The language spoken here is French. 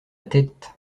tête